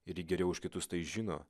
ir ji geriau už kitus tai žino